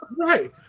Right